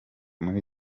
muri